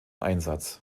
einsatz